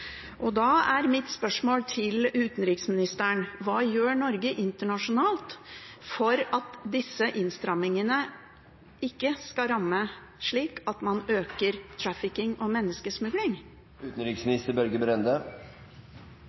Da er mitt spørsmål til utenriksministeren: Hva gjør Norge internasjonalt for at disse innstrammingene ikke skal ramme slik at man øker trafficking og